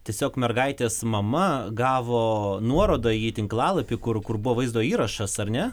tiesiog mergaitės mama gavo nuorodą į tinklalapį kur kur buvo vaizdo įrašas ar ne